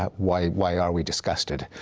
um why why are we disgusted?